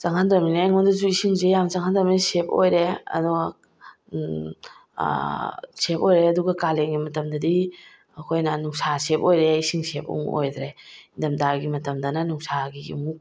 ꯆꯪꯍꯟꯗ꯭ꯔꯕꯅꯤꯅ ꯑꯩꯉꯣꯟꯗꯁꯨ ꯏꯁꯤꯡꯁꯦ ꯌꯥꯝ ꯆꯪꯍꯟꯗ꯭ꯔꯝꯅꯤꯅ ꯁꯦꯕ ꯑꯣꯏꯔꯦ ꯑꯗꯨꯒ ꯁꯦꯕ ꯑꯣꯏꯔꯦ ꯑꯗꯨꯒ ꯀꯥꯂꯦꯟꯒꯤ ꯃꯇꯝꯗꯗꯤ ꯑꯩꯈꯣꯏꯅ ꯅꯨꯡꯁꯥ ꯁꯦꯕ ꯑꯣꯏꯔꯦ ꯏꯁꯤꯡ ꯁꯦꯕ ꯑꯃꯨꯛ ꯑꯣꯏꯗ꯭ꯔꯦ ꯏꯪꯊꯝꯊꯥꯒꯤ ꯃꯇꯝꯗꯅ ꯅꯨꯡꯁꯥꯒꯤ ꯑꯃꯨꯛ